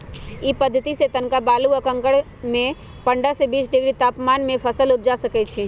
इ पद्धतिसे तनका बालू आ कंकरमें पंडह से बीस डिग्री तापमान में फसल उपजा सकइछि